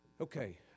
Okay